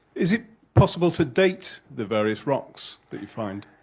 is it possible to date the various rocks that you find?